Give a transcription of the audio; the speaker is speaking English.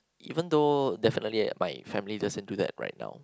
even though definitely my family doesn't do that right now